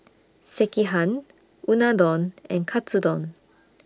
Sekihan Unadon and Katsudon